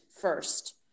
first